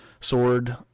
sword